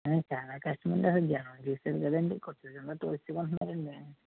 చాలా కష్టంగా ఉందండి జనం చూశారు కదండి గుట్టలు గుట్టలుగా తోసుకుంటున్నారండి